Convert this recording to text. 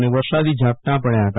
અને વરસાદી ઝાપટાં પડયાં હતા